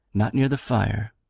not near the fire,